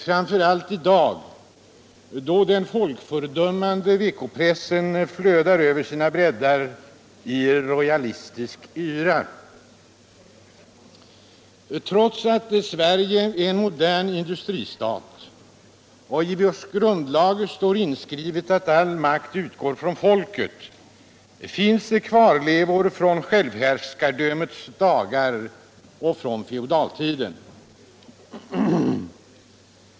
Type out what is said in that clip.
Framför allt i dag, då den folkfördummande veckopressen flödar över sina bräddar i rojalistisk yra. Trots att Sverige är en modern industristat, i vars grundlag står inskrivet att all makt utgår från folket, finns kvarlevor från självhärskardömets dagar, från feodaltiden.